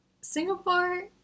Singapore